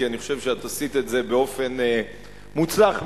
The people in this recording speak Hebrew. כי אני חושב שאת עשית את זה באופן מוצלח מאוד,